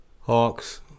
Hawks